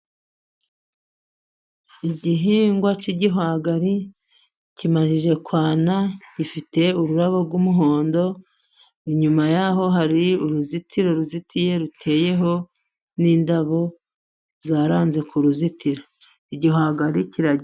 Igihingwa cy'igihwagari kimajije kwana. Gifite ururabo rw'umuhondo. Inyuma yaho hari uruzitiro ruzitiye ruteyeho n'indabo, zaranze ku ruzitiro igihwagari kira...